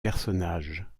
personnages